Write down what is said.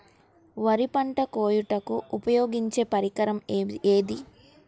వరి పంట కోయుటకు ఉపయోగించే పరికరం ఏది?